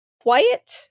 quiet